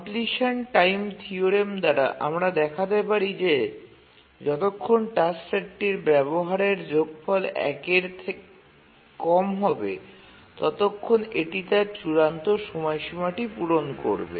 completion time theorem দ্বারা আমরা দেখাতে পারি যে যতক্ষণ টাস্ক সেটটির ব্যবহারের যোগফল ১ এর কম হবে ততক্ষণ এটি তার চূড়ান্ত সময়সীমাটি পূরণ করবে